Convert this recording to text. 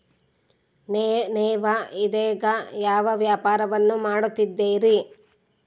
ನೇವು ಇದೇಗ ಯಾವ ವ್ಯಾಪಾರವನ್ನು ಮಾಡುತ್ತಿದ್ದೇರಿ?